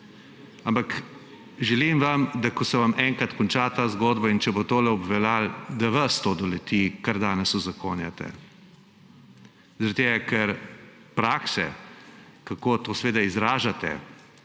ampak želim vam, da ko se vam enkrat konča ta zgodba in če bo to obveljalo, da vas to doleti, kar danes uzakonjate. Ker prakse in priložnosti, kako to izražate,